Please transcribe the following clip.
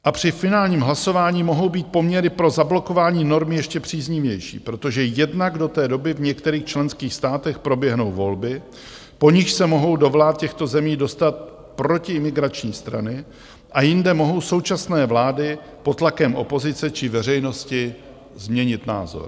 A při finálním hlasování mohou být poměry pro zablokování normy ještě příznivější, protože jednak do té doby v některých členských státech proběhnou volby, po nichž se mohou do vlád těchto zemí dostat protiimigrační strany, a jinde mohou současné vlády pod tlakem opozice či veřejnosti změnit názor.